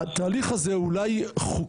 התהליך הזה הוא אולי חוקי,